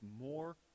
more